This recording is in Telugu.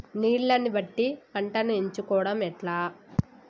నీళ్లని బట్టి పంటను ఎంచుకోవడం ఎట్లా?